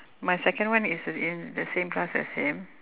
my second one is in the same class as him